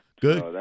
good